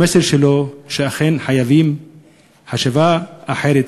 המסר שלו הוא שאכן חייבים חשיבה אחרת,